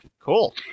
Cool